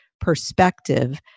perspective